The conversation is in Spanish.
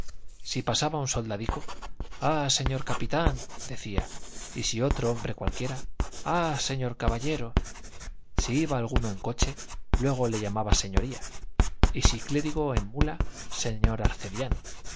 si pasaba un soldadico ah señor capitán decía y si otro hombre cualquiera ah señor caballero si iba alguno en coche luego le llamaba señoría y si clérigo en mula señor